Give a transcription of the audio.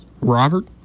Robert